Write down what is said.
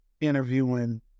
interviewing